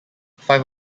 five